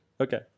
Okay